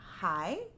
hi